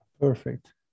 Perfect